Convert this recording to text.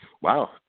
Wow